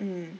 mm